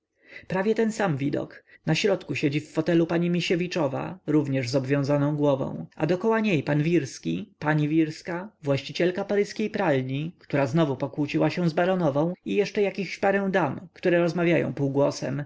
prawie ten sam widok na środku siedzi w fotelu pani misiewiczowa również z obwiązaną głową a dokoła niej pan wirski pani wirska właścicielka paryskiej pralni która znowu pokłóciła się z baronową i jeszcze jakichś parę dam które rozmawiają półgłosem